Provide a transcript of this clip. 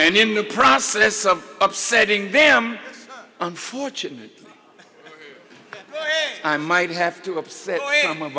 and in the process of upsetting them unfortunately i might have to upset m